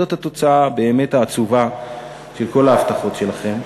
זאת התוצאה באמת העצובה של כל ההבטחות שלכם.